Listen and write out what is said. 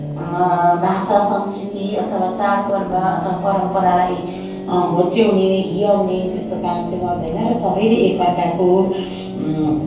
भाषा संस्कृति अथवा चाडपर्व अथवा परम्परालाई होच्याउने हियाउने त्यस्तो काम चाहिँ गर्दैन र सबैले एक अर्काको